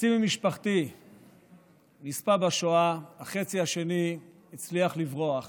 חצי ממשפחתי נספה בשואה, החצי השני הצליח לברוח